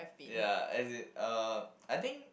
ya as in uh I think